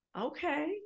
Okay